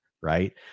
right